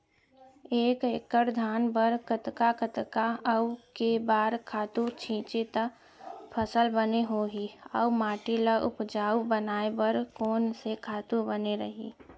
एक एक्कड़ धान बर कतका कतका अऊ के बार खातू छिंचे त फसल बने होही अऊ माटी ल उपजाऊ बनाए बर कोन से खातू बने रही?